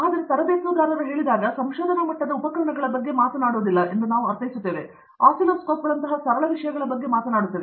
ನಾನು ತರಬೇತುದಾರರು ಹೇಳಿದಾಗ ನಾವು ಸಂಶೋಧನಾ ಮಟ್ಟದ ಉಪಕರಣಗಳ ಬಗ್ಗೆ ಮಾತನಾಡುವುದಿಲ್ಲವೆಂದು ನಾವು ಅರ್ಥೈಸುತ್ತೇವೆ ನಾವು ಆಸಿಲ್ಲೋಸ್ಕೋಪ್ಗಳಂತಹ ಸರಳ ವಿಷಯಗಳ ಬಗ್ಗೆ ಮಾತನಾಡುತ್ತೇವೆ